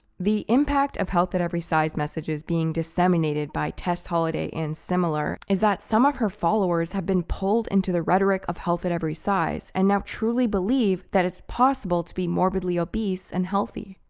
the impact of health at every size message is being disseminated by tess holliday and similar, is that some of her followers have been pulled into the rhetoric of health at every size, and now truly believe that it's possible to be morbidly obese and healthy.